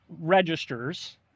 registers